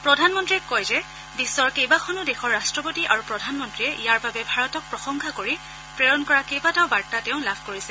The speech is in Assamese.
প্ৰদানমন্ত্ৰীয়ে কয় যে বিশ্বৰ কেইবাখনো দেশৰ ৰাট্টপতি আৰু প্ৰধানমন্ত্ৰীয়ে ইয়াৰ বাবে ভাৰতক প্ৰসংশা কৰি প্ৰেৰণ কৰা কেইবাটাও বাৰ্তা তেওঁ লাভ কৰিছে